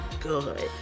good